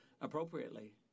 appropriately